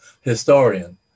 historian